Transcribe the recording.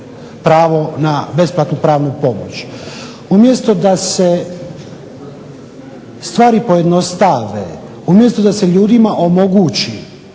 pravo na besplatnu pravnu pomoć. Umjesto da se stvari pojednostave, umjesto da se ljudima omogući